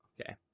okay